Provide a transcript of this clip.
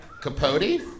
Capote